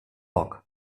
poc